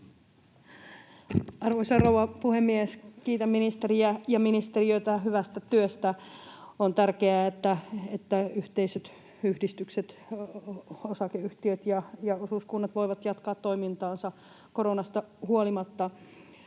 Arvoisa rouva puhemies! Kiitän ministeriä ja ministeriötä hyvästä työstä. On tärkeää, että yhteisöt, yhdistykset, osakeyhtiöt ja osuuskunnat voivat jatkaa toimintaansa koronasta huolimatta.